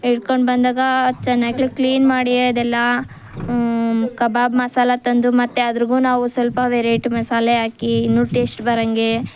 ಹಿಡ್ಕೊಂಡು ಬಂದಾಗ ಚೆನ್ನಾಗೂ ಕ್ಲೀನ್ ಮಾಡಿಯೇ ಅದೆಲ್ಲ ಕಬಾಬ್ ಮಸಾಲಾ ತಂದು ಮತ್ತೆ ಅದ್ರಾಗೂ ನಾವು ಸ್ವಲ್ಪ ವೆರೈಟಿ ಮಸಾಲೆ ಹಾಕಿ ಇನ್ನೂ ಟೇಸ್ಟ್ ಬರೋಂಗೆ